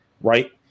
right